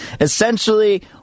essentially